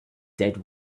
dead